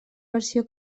versió